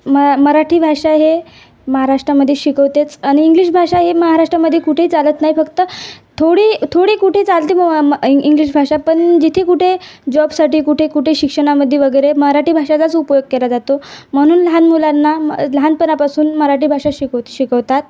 म मराठी भाषा हे महाराष्ट्रामध्ये शिकवतेच आणि इंग्लिश भाषा ही महाराष्ट्रामध्ये कुठे चालत नाही फक्त थोडी थोडी कुठे चालते इंग्लिश भाषा पण जिथे कुठे जॉबसाठी कुठे कुठे शिक्षणामध्ये वगैरे मराठी भाषेचाच उपयोग केला जातो म्हणून लहान मुलांना लहानपणापासून मराठी भाषा शिकव शिकवतात